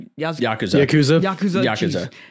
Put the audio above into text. Yakuza